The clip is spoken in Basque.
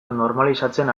normalizatzen